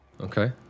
Okay